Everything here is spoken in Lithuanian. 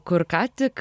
kur ką tik